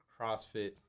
CrossFit